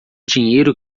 dinheiro